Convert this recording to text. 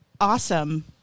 awesome